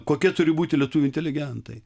kokia turi būti lietuvių inteligentai